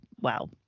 wow